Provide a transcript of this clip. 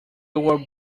were